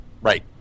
Right